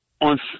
on